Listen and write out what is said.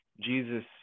Jesus